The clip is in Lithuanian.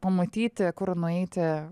pamatyti kur nueiti